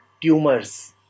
Tumors